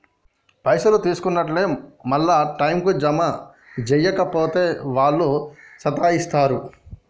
పైసలు తీసుకున్నట్లే మళ్ల టైంకు జమ జేయక పోతే ఆళ్లు సతాయిస్తరు